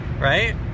right